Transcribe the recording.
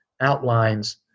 outlines